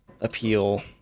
appeal